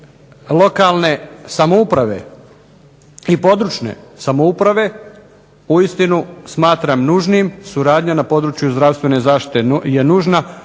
lokalne samouprave i područne samouprave uistinu smatram nužnim, suradnja na području zdravstvene zaštite je nužna,